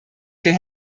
für